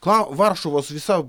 ką varšuvos visa